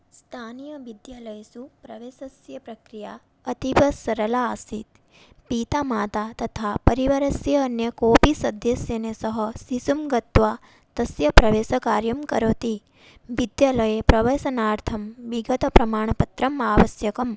स्थानीयविद्यालयेषु प्रवेशस्य प्रक्रिया अतीव सरला आसीत् पिता माता तथा परिवारस्य अन्यः कोऽपि सदस्येन सह शिशुः गत्वा तस्य प्रवेशकार्यं करोति विद्यालये प्रवेशनार्थं विगतप्रमाणपत्रम् आवश्यकं